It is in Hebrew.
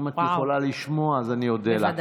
אם את יכולה לשמוע אז אני אודה לך.